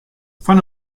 fan